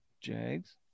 jags